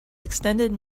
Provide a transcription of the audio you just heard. extended